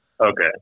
Okay